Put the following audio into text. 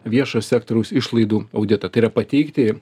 viešojo sektoriaus išlaidų auditą tai yra pateikti